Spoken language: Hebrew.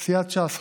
סיעת ש"ס,